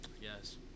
Yes